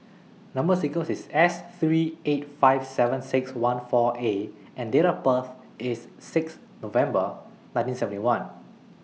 Number sequence IS S three eight five seven six one four A and Date of birth IS six November nineteen seventy one